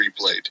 replayed